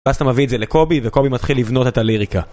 ואז אתה מביא את זה לקובי, וקובי מתחיל לבנות את הליריקה.